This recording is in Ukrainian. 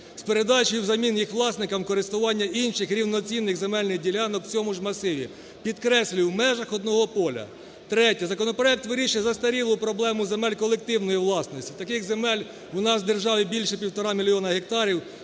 з передачею взамін їх власникам користування інших, рівноцінних земельних ділянок в цьому ж масиві, підкреслюю, в межах одного поля. Третє. Законопроект вирішує застарілу проблему земель колективної власності, таких земель у нас в державі більше півтора мільйони гектарів,